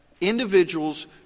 individuals